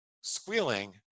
squealing